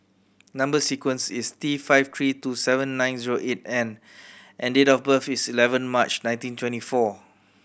number sequence is T five three two seven nine zero eight N and date of birth is eleven March nineteen twenty four